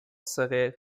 serait